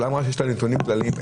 הממשלה אמרה שיש לה נתונים כלליים.